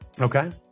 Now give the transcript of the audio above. Okay